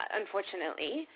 unfortunately